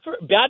bad